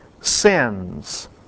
sins